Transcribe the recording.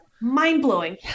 Mind-blowing